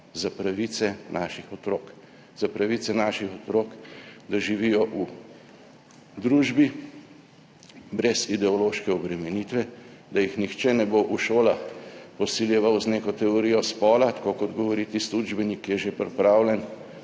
za pravice naših otrok, da živijo v družbi brez ideološke obremenitve, da jih nihče ne bo v šolah posiljeval z neko teorijo spola, tako kot govori tisti učbenik, ki je že pripravljen,